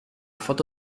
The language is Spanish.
foto